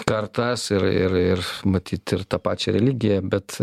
kartas ir ir ir matyt ir tą pačią religiją bet